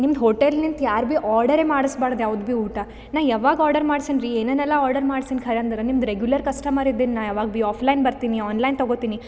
ನಿಮ್ದು ಹೋಟೆಲ್ ನಿಂದ ಯಾರು ಬಿ ಆರ್ಡರ್ ಎ ಮಾಡ್ಸಬಾರ್ದು ಯಾವ್ದು ಬಿ ಊಟ ನ ಯಾವಾಗ ಆರ್ಡರ್ ಮಾಡ್ಸಿನ್ರಿ ಏನನ್ನೆಲ್ಲ ಆರ್ಡರ್ ಮಾಡ್ಸಿನ್ರಿ ಖರೆ ಅಂದ್ರೆ ನಿಮ್ದು ರೆಗ್ಯುಲರ್ ಕಸ್ಟಮರ್ ಇದೀನ ಯಾವಾಗ ಬಿ ಆಫ್ಲೈನ್ ಬರ್ತೀನಿ ಆನ್ಲೈನ್ ತಗೋತೀನಿ